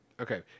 Okay